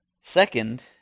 Second